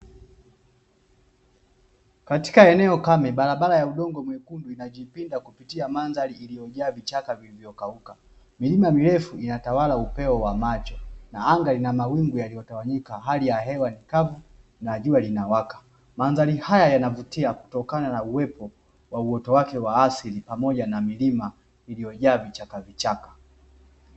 Katika eneo kame, barabara ya udongo mwekundu inajipinda kupitia mandhari iliyojaa vichaka vilivyokauka, milima mirefu inatawala upeo wa macho, na anga lina wawingu yaliyotawanyika, hali ya hewa ni kavu na jua linawaka. Mandhari haya yanavutia kutokana na uwepo wa uoto wake wa asili, pamoja na milima iliyojaa vichakavichaka.